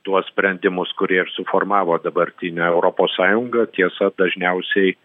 tuos sprendimus kurie ir suformavo dabartinę europos sąjungą tiesa dažniausiai